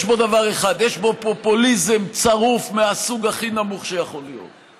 יש בו דבר אחד: יש בו פופוליזם צרוף מהסוג הכי נמוך שיכול להיות,